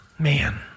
Man